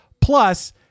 Plus